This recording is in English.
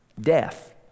death